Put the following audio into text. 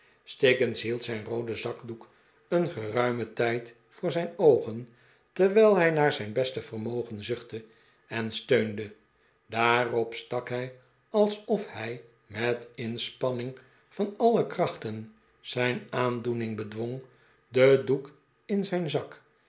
stiggins meld zijn rooden zakdoek een geruimen tijd voor zijn oogen terwijl hij naar zijn beste vermogen zuchtte en steunde daarop stak hij alsof hij met inspanhing van alle krachten zijn aandoening bedwong den doek'in zijn zak